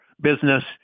business